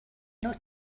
know